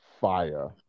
fire